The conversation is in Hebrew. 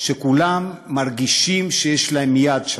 שכולם מרגישים שיש להם יד שם,